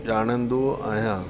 ॼाणंदो आहियां